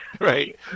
right